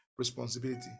responsibility